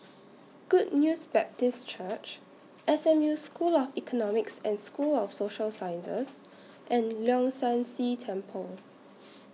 Good News Baptist Church S M U School of Economics and School of Social Sciences and Leong San See Temple